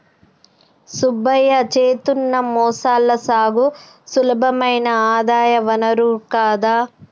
సుబ్బయ్య చేత్తున్న మొసళ్ల సాగు సులభమైన ఆదాయ వనరు కదా